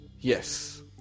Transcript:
Yes